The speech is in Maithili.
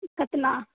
कतना